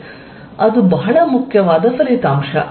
ಅದು ಬಹಳ ಮುಖ್ಯವಾದ ಫಲಿತಾಂಶ